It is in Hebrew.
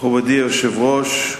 היושב-ראש,